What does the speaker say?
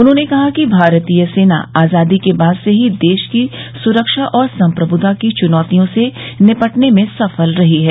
उन्होंने कहा कि भारतीय सेना आजादी के बाद से ही देश की सुरक्षा और सम्प्रभुता की चुनौतियों से निपटने में सफल रही है